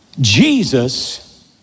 Jesus